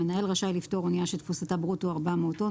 המנהל רשאי לפטור אנייה שתפוסתה ברוטו 400 טון